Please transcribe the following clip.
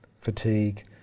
fatigue